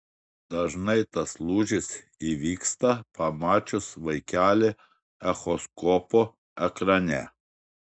dažnai tas lūžis įvyksta pamačius vaikelį echoskopo ekrane